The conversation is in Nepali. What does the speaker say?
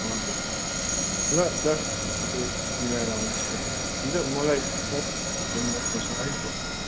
हजुर ल दा तपाईँ मिलाएर आउनुहोस् न हुन्छ मलाई कन्फर्मेसनको फोन गर्नुहोस् न है त